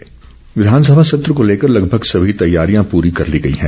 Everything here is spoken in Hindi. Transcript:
सत्र तैयारी विधानसभा सत्र को लेकर लगभग सभी तैयारियां पूरी कर ली गई हैं